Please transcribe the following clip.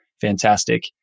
fantastic